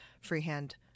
freehand